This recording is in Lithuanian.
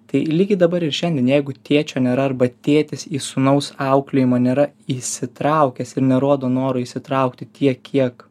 tai lygiai dabar ir šiandien jeigu tėčio nėra arba tėtis į sūnaus auklėjimą nėra įsitraukęs ir nerodo noro įsitraukti tiek kiek